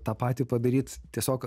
tą patį padaryt tiesiog